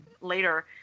later